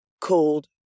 called